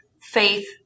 faith